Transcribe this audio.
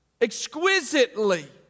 exquisitely